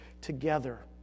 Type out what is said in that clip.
together